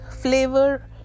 flavor